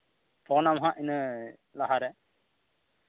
phone ᱟᱢ ᱦᱟᱸᱜ ᱤᱱᱟᱹ ᱞᱟᱦᱟᱨᱮ